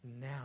now